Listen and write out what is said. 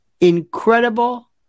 incredible